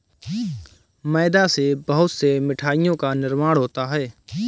मैदा से बहुत से मिठाइयों का निर्माण होता है